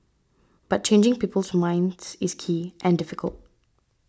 but changing people's minds is key and difficult